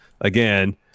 again